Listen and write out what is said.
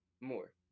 more